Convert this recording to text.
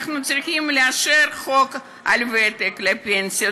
אנחנו צריכים לאשר חוק על ותק לפנסיות,